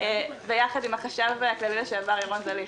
ביחד עם החשב הכללי לשעבר ירון זליכה,